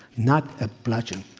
not a bludgeon.